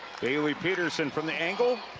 baylee petersen from the angle.